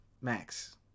Max